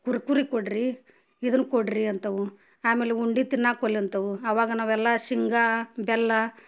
ಕುರ್ಕುರಿ ಕೊಡಿರಿ ಇದನ್ನು ಕೊಡಿರಿ ಅಂತವೆ ಆಮೇಲೆ ಉಂಡೆ ತಿನ್ನಕ್ಕ ಒಲ್ಲೆ ಅಂತವೆ ಅವಾಗ ನಾವೆಲ್ಲ ಶೇಂಗ ಬೆಲ್ಲ